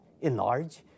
enlarge